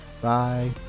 Bye